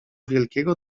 wielkiego